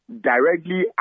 directly